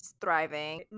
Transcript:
thriving